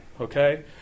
Okay